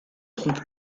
trompe